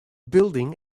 building